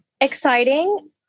exciting